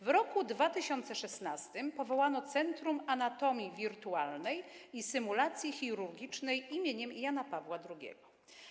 W roku 2016 powołano Centrum Anatomii Wirtualnej i Symulacji Chirurgicznej im. Jana Pawła II.